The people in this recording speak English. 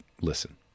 listen